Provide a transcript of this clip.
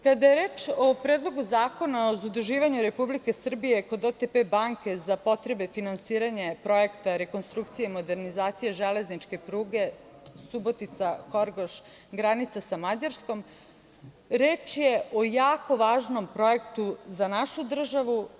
Kada je reč o Predlogu zakona o zaduživanju Republike Srbije kod OTP banke za potrebe finansiranja projekta rekonstrukcije i modernizacije železničke pruge Subotica-Horgoš, granica sa Mađarskom, reč je o jako važnom projektu za našu državu.